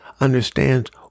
understands